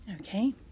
okay